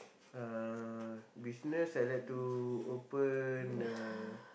uh business I like to open a